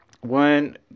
one